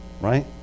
Right